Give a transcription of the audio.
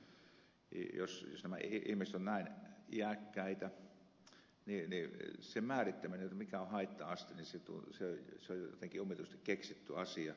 jos nämä ihmiset ovat näin iäkkäitä niin sen määrittäminen mikä on haitta aste on jotenkin omituisesti keksitty asia